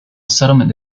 settlement